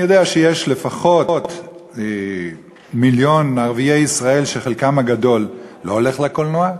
אני יודע שיש לפחות מיליון ערביי ישראל שחלקם הגדול לא הולך לקולנוע.